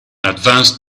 advanced